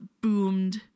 boomed